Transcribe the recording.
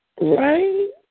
Right